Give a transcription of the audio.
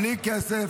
בלי כסף.